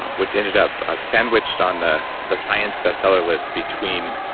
um which ended up ah sandwiched on the the science best seller list between.